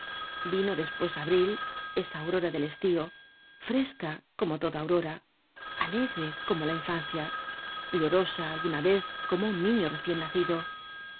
vino después abril esa aurora del estío fresca como toda aurora alegre como la infancia llorosa alguna vez como un niño recien nacido